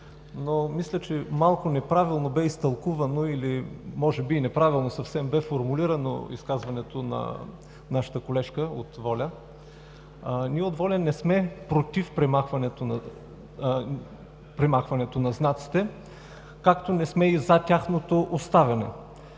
но мисля, че малко неправилно бе изтълкувано или може би не съвсем правилно бе формулирано изказването на нашата колежка от „Воля“. Ние от „Воля“ не сме против премахването на знаците, както не сме и за тяхното оставане.